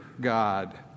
God